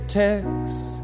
texts